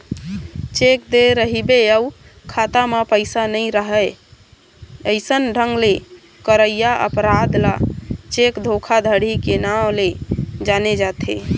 cheque दे रहिबे अउ खाता म पइसा नइ राहय अइसन ढंग ले करइया अपराध ल चेक धोखाघड़ी के नांव ले जाने जाथे